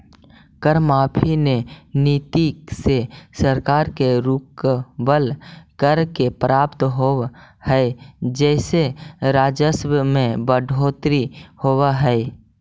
कर माफी के नीति से सरकार के रुकवल, कर के प्राप्त होवऽ हई जेसे राजस्व में बढ़ोतरी होवऽ हई